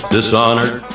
dishonored